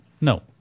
No